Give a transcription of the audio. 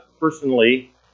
personally